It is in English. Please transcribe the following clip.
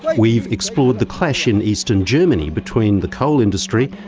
we've explored the clash in eastern germany between the coal industry,